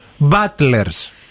butlers